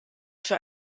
für